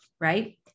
right